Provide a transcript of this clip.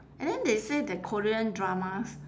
and then they say the korean dramas